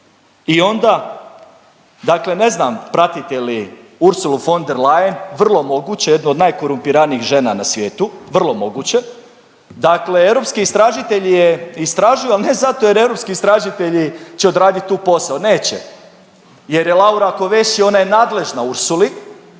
I onda dakle ne znam pratite li Ursulu von der Leyen, vrlo moguće jednu od najkorumpiranijih žena na svijetu, vrlo moguće. Dakle europski istražitelji je istražuju ali ne zato jer europski istražitelji će odradit tu posao, neće. Jer je Laura Kovesi, ona je nadležna Ursuli,